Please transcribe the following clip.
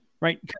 Right